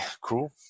cool